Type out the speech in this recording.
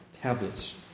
tablets